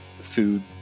food